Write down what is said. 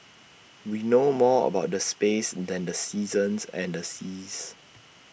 we know more about the space than the seasons and the seas